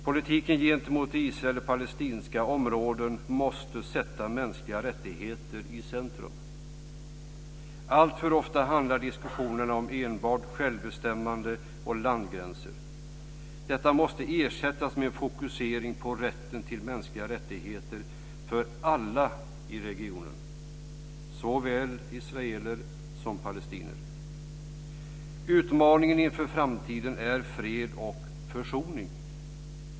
Politiken gentemot Israel och de palestinska områdena måste sätta mänskliga rättigheter i centrum. Alltför ofta handlar diskussionerna om enbart självbestämmande och landgränser. Detta måste ersättas med en fokusering på rätten till mänskliga rättigheter för alla i regionen, såväl israeler som palestinier. Utmaningen inför framtiden är fred och försoning.